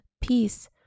peace